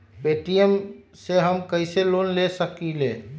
Paytm से हम कईसे लोन ले सकीले?